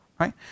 Right